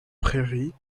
prairies